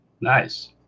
Nice